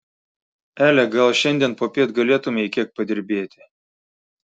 ele gal šiandien popiet galėtumei kiek padirbėti